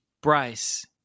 bryce